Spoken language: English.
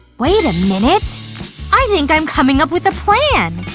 wait a minute i think i'm coming up with a plan!